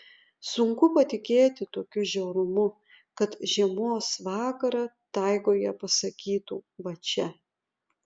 sunku patikėti tokiu žiaurumu kad žiemos vakarą taigoje pasakytų va čia